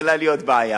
מתחילה להיות בעיה.